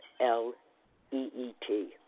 L-E-E-T